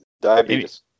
Diabetes